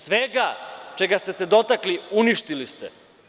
Svega čega ste se dotakli, uništili ste.